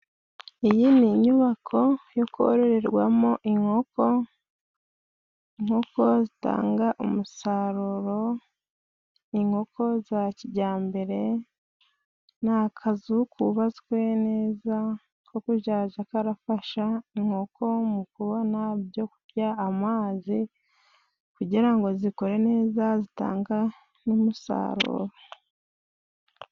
Iyi ni inyubako yo kororerwamo inkoko. Inkoko zitanga umusaruro ni inkoko za kijyambere, ni akazu kubatswe neza ko kuzajya karafasha inkoko. Mukubona ibyo kurya, amazi kugira ngo zikore neza zitanga n'umusaruro.